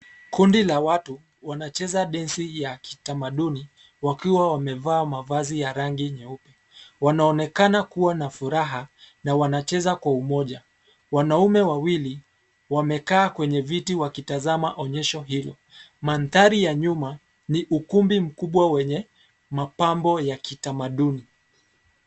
Kundi la watu wanacheza densi ya kitamaduni wakiwa wamevaa mavazi ya rangi nyeupe. Wanaonekana kuwa na furaha na wanacheza kwa umoja. Wanaume wawili wamekaa kwenye viti wakitizama onyesho hilo. Mandhari ya nyuma ni ukumbi mkubwa wenye mapambo ya kitamaduni.